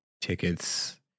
tickets